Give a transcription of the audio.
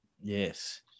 Yes